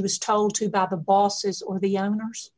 was told to about the bosses or the honors